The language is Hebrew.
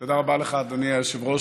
תודה רבה לך, אדוני היושב-ראש.